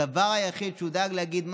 הדבר היחיד שהוא דאג להגיד,